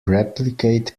replicate